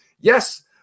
Yes